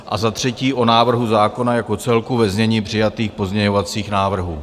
A za třetí o návrhu zákona jako celku ve znění přijatých pozměňovacích návrhů.